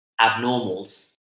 abnormals